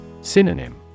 Synonym